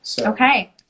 Okay